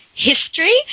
history